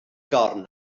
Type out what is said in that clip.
gornel